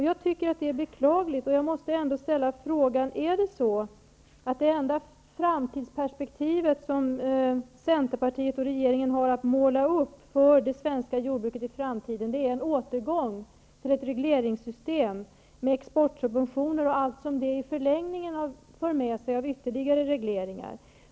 Jag tycker att det är beklagligt, och jag måste ställa frågan: Är det så att det enda framtidsperspektiv som Centerpartiet och regeringen har att måla upp för det svenska jordbruket i framtiden är en återgång till ett regleringssystem, med exportsubventioner och allt som det i förlängningen för med sig av ytterligare regleringar?